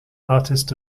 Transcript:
artist